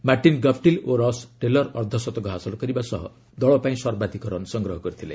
Martin Guptill ଓ Ross Taylor ଅର୍ଦ୍ଧଶତକ ହାସଲ କରିବା ସହ ଦଳ ପାଇଁ ସର୍ବାଧିକ ରନ୍ ସଂଗ୍ରହ କରିଥିଲେ